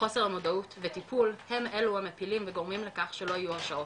חוסר המודעות וטיפול הם אלו המפילים וגורמים לכך שלא יהיו הרשעות.